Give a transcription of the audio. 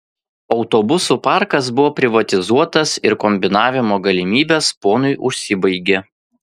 autobusų parkas buvo privatizuotas ir kombinavimo galimybės ponui užsibaigė